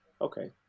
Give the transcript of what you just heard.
okay